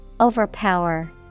Overpower